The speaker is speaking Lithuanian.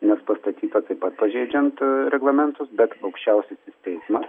nes pastatyta taip pat pažeidžiant reglamentus bet aukščiausiasis teismas